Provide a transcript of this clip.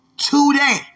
Today